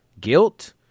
guilt